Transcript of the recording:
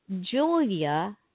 Julia